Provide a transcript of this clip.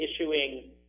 issuing